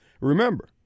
Remember